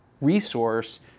resource